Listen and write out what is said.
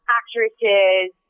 actresses